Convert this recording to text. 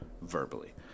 verbally